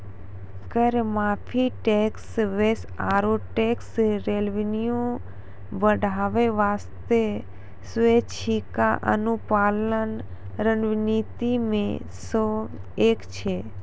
कर माफी, tax base आरो टैक्स रेवेन्यू बढ़ाय बासतें स्वैछिका अनुपालन रणनीति मे सं एक छै